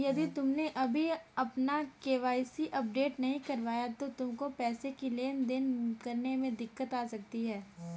यदि तुमने अभी अपना के.वाई.सी अपडेट नहीं करवाया तो तुमको पैसों की लेन देन करने में दिक्कत आ सकती है